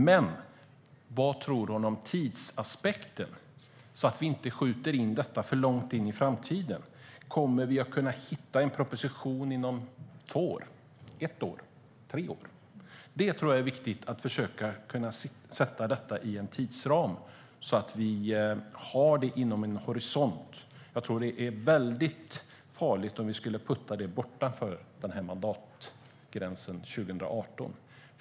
Men vad tror statsrådet om tidsaspekten? Det är viktigt att vi inte skjuter det alltför långt på framtiden. Kommer vi att få se en proposition inom ett år, två år, tre år? Jag tror att det är viktigt att försöka ge en tidsram så att vi ser det i horisonten. Det vore farligt att putta det framåt, bortom mandatgränsen 2018.